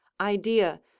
idea